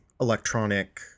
electronic